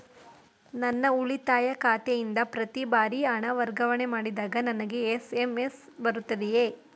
ನನ್ನ ಉಳಿತಾಯ ಖಾತೆಯಿಂದ ಪ್ರತಿ ಬಾರಿ ಹಣ ವರ್ಗಾವಣೆ ಮಾಡಿದಾಗ ನನಗೆ ಎಸ್.ಎಂ.ಎಸ್ ಬರುತ್ತದೆಯೇ?